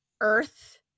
earth